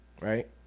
right